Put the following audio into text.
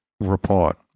report